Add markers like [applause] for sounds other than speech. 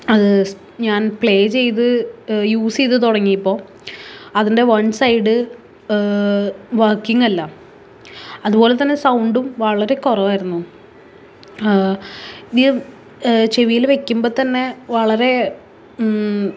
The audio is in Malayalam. അത് ഞാൻ പ്ലേ ചെയ്ത് യൂസ് ചെയ്ത് തുടങ്ങീപ്പോൾ അതിൻ്റെ വൺ സൈഡ് വർക്കിങ്ങല്ല അതുപോലെ തന്നെ സൗണ്ടും വളരെ കുറവായിരുന്നു [unintelligible] ചെവിയിൽ വെക്കുമ്പം തന്നെ വളരെ